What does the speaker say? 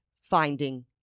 finding